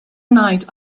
night